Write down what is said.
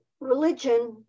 religion